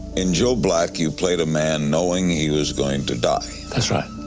in joe black, you played a man knowing he was going to die. that's right.